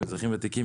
אזרחים ותיקים.